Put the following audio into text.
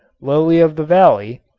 lily of the valley,